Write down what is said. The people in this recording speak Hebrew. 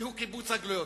והוא קיבוץ הגלויות.